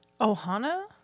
Ohana